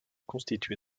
constitués